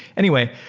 anyway,